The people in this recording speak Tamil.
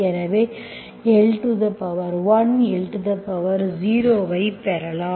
எனவே l1l0 ஐ எனவே பெறலாம்